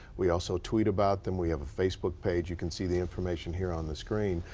we also tweet about them. we have a facebook page. you can see the information here on the screen.